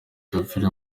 wapfiriye